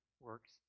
works